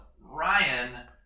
ryan